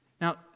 Now